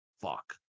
fuck